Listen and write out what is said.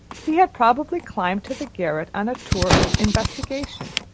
he had probably climbed to the garret on a tour of investigation,